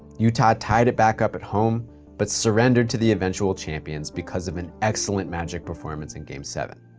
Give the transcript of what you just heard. utah tied it back up at home but surrendered to the eventual champions because of an excellent magic performance in game seven.